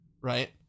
right